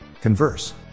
Converse